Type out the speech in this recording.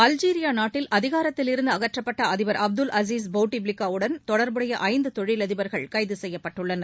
Algeria நாட்டில் அதிகாரத்திலிருந்து அகற்றப்பட்ட அதிபர் அஸீஸ் பௌட்டிபிளிக்காவுடன் தொடர்புடைய ஐந்து தொழிலதிபர்கள் கைது செய்யப்பட்டுள்ளனர்